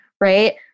right